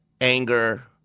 anger